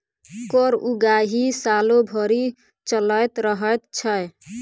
कर उगाही सालो भरि चलैत रहैत छै